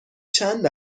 چند